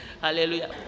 hallelujah